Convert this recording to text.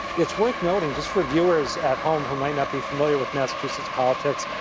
it's worth noting, just for viewers at home who might not be familiar with massachusetts politics,